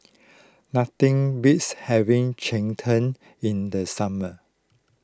nothing beats having Cheng Tng in the summer